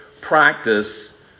practice